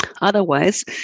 Otherwise